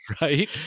right